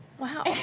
Wow